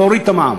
להוריד את המע"מ.